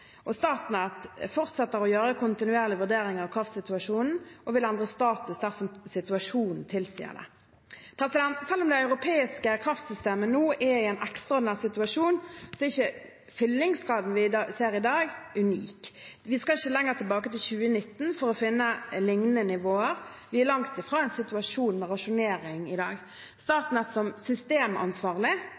Statnett fortsetter å gjøre kontinuerlige vurderinger av kraftsituasjonen og vil endre status dersom situasjonen tilsier det. Selv om det europeiske kraftsystemet nå er i en ekstraordinær situasjon, er ikke fyllingsgraden vi ser i dag, unik. Vi skal ikke lenger tilbake enn til 2019 for å finne lignende nivåer. Vi er langt fra en situasjon med rasjonering i dag. Statnett setter som systemansvarlig